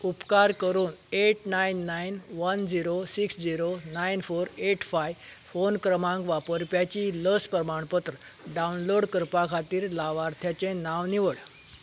उपकार करून eight nine nine one zero six zero nine four eight five phone क्रमांक वापरप्याची लस प्रमाणपत्र डावनलोड करपा खातीर लावार्थ्याचें नांव निवड